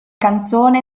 canzone